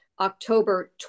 October